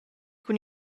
cun